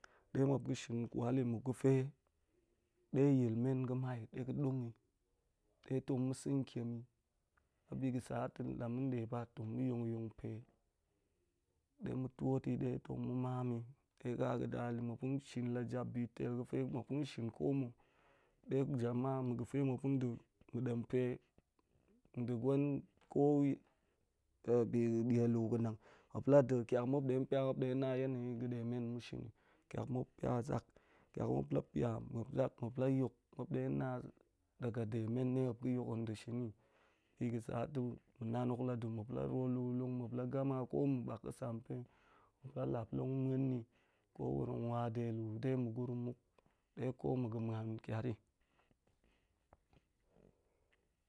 De muop ga̱ shin kwal i da̱n ga̱fe de yilmen ga̱ mai de ga̱ dong i ɗe tong ma̱ sa̱n ntiem i. Abi ga̱ sa ta̱, la̱ ma̱n de ba, la̱ ma̱ yong pe, de mma̱ tuot i tong ma̱ maam i, muop tong muop, de jamaa ga̱fe muop tong da̱, ma̱ dem pe nda̱ gwen koye dieluu ga̱ nang, muop la̱ da̱ tiak muop pia zak, tiak muop la̱ pia, muop zak, la yok, muop na da ga demmen ni yo, guyol bi ga̱ sata̱ muop tong ruo luu long, dama ko ma̱ bak ga̱ sau sampe tong ma̱ muen ni tong wa dehu, de magurum muk, ɗe ko ma̱ ga̱ muan ni ntiat i.